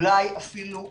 אולי אפילו להפך.